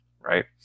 Right